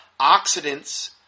Oxidants